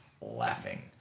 Laughing